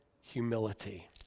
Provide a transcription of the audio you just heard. humility